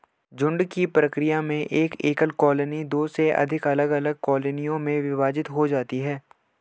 झुंड की प्रक्रिया में एक एकल कॉलोनी दो से अधिक अलग अलग कॉलोनियों में विभाजित हो जाती है